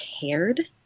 cared